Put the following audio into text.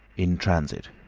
in transit